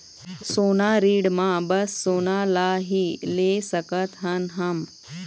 सोना ऋण मा बस सोना ला ही ले सकत हन हम?